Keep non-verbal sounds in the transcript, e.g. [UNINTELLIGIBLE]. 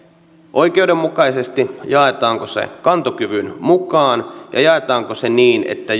oikeudenmukaisesti jaetaanko se kantokyvyn mukaan ja jaetaanko se niin että [UNINTELLIGIBLE]